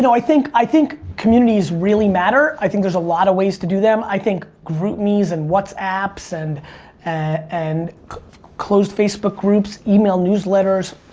i think i think communities really matter, i think there's a lot of ways to do them, i think groupmes and whatsapps, and and closed facebook groups, email newsletters,